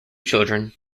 children